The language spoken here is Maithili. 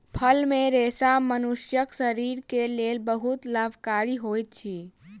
फल मे रेशा मनुष्यक शरीर के लेल बहुत लाभकारी होइत अछि